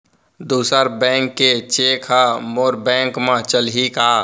दूसर बैंक के चेक ह मोर बैंक म चलही का?